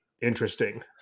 interesting